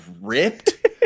ripped